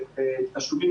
וכמו שציינתי קודם,